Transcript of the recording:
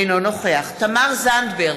אינו נוכח תמר זנדברג,